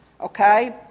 Okay